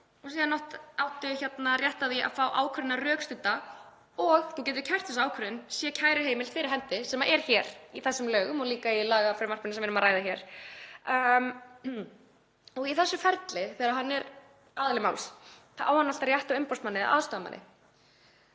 og síðan áttu rétt á því að fá ákvörðunina rökstudda og þú getur kært þessa ákvörðun sé kæruheimild fyrir hendi, sem er hér í þessum lögum og líka í lagafrumvarpinu sem um er að ræða hér. Í þessu ferli, þegar viðkomandi er aðili máls, á hann alltaf rétt á umboðsmanni eða aðstoðarmanni.